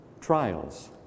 Trials